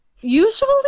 Usually